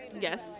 Yes